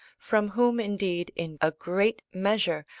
from whom indeed, in a great measure,